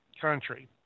country